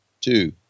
two